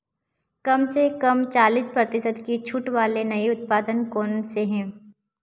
कम से कम चालीस प्रतिशत की छूट वाले नए उत्पादन कौन से हैं